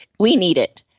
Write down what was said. we need it,